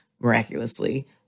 miraculously